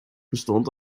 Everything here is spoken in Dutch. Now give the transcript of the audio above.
bestond